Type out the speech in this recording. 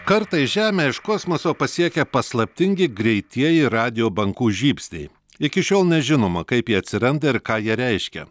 kartą į žemę iš kosmoso pasiekė paslaptingi greitieji radijo bankų žybsniai iki šiol nežinoma kaip jie atsiranda ir ką jie reiškia